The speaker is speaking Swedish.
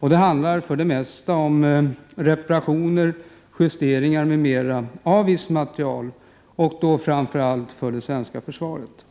För det mesta handlar det om reparationer, justeringar m.m. av viss materiel, framför allt för det svenska försvaret.